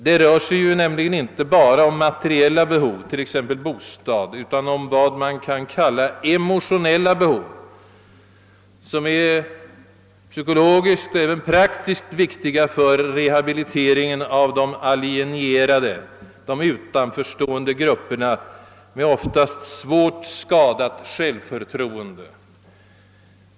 Det rör sig nämligen inte bara om materiella behov — t.ex. bostad — utan om vad man kan kalla emotionella behov, som är psykologiskt och även praktiskt viktiga för rehabiliteringen av de alienierade, de utanförstående grupperna med oftast svårt skadat självförtroende.